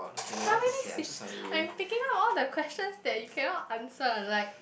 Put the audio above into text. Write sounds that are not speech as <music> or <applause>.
how many <noise> I'm picking out all the questions that you cannot answer like